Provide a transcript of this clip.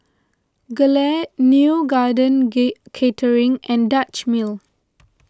Gelare Neo Garden Kate Catering and Dutch Mill